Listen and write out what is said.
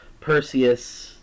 Perseus